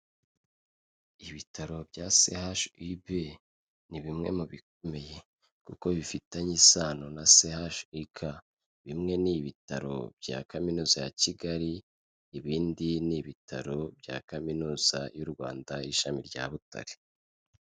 Ibitaro bya CHUB ni bimwe mu bikomeye kuko bifitanye isano na CHUK, bimwe ni ibitaro bya Kaminuza ya Kigali, ibindi ni ibitaro bya Kaminuza y'u Rwanda ishami rya Butare.